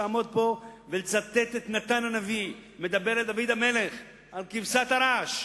לעמוד פה ולצטט את נתן הנביא מדבר אל דוד המלך על כבשת הרש.